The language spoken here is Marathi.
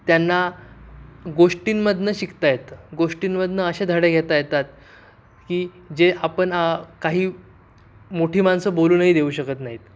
त्यांना गोष्टींमधून शिकता येत गोष्टींमधून असे धडे घेता येतात की जे आपण काही मोठी माणसं बोलूनही देऊ शकत नाहीत